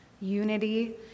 Unity